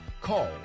call